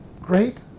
Great